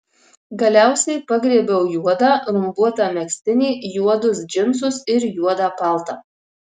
galiausiai pagriebiau juodą rumbuotą megztinį juodus džinsus ir juodą paltą